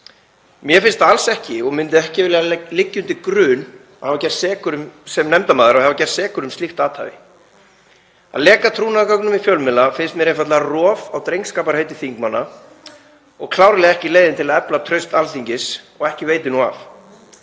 Mér finnst það alls ekki og myndi ekki vilja liggja undir grun sem nefndarmaður og hafa gerst sekur um slíkt athæfi. Að leka trúnaðargögnum í fjölmiðla finnst mér einfaldlega rof á drengskaparheiti þingmanna og klárlega ekki leiðin til að efla traust Alþingis og ekki veitir nú af.